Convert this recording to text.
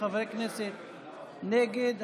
כנסת נגד.